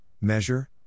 Measure